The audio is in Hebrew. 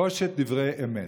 קושט דברי אמת.